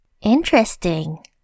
Interesting